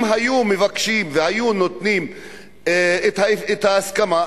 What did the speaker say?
אם היו מבקשים והיו נותנים את ההסכמה,